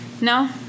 No